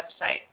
website